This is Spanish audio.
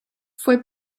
fue